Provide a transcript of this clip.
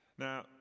Now